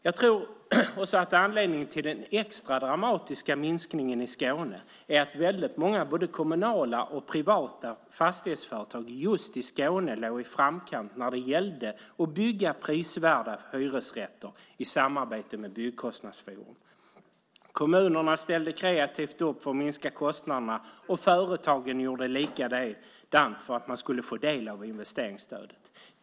Jag tror också att anledningen till den extra dramatiska minskningen i Skåne är att väldigt många, både kommunala och privata, fastighetsföretag just i Skåne låg i framkant när det gällde att bygga prisvärda hyresrätter i samarbete med Byggkostnadsforum. Kommunerna ställde kreativt upp för att minska kostnaderna, och företagen gjorde likadant för att de skulle få del av investeringsstödet.